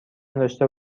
داشته